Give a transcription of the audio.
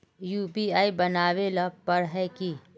UPI बनावेल पर है की?